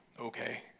Okay